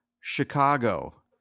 Chicago